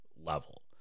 level